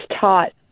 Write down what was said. taught